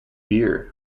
beer